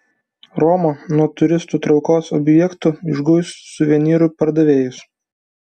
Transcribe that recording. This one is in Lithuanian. roma nuo turistų traukos objektų išguis suvenyrų pardavėjus